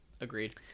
agreed